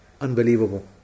Unbelievable